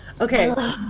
Okay